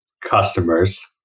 customers